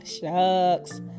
shucks